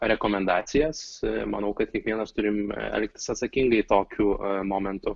rekomendacijas manau kad kiekvienas turim elgtis atsakingai tokiu momentu